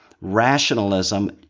rationalism